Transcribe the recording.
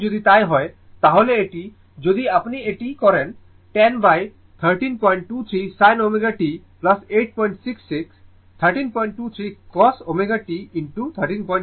সুতরাং যদি তাই হয় তাহলে এটি যদি আপনি এটি করেন 101323 sin ω t 866 1323 cos ω t into 1323